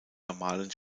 normalen